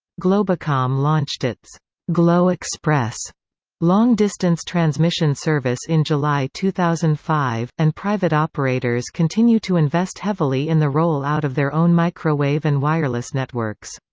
globacom launched its glo xpress long-distance transmission service in july two thousand and five, and private operators continue to invest heavily in the roll-out of their own microwave and wireless networks.